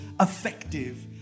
Effective